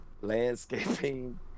landscaping